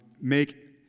make